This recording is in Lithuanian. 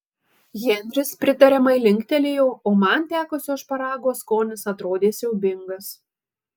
henris pritariamai linktelėjo o man tekusio šparago skonis atrodė siaubingas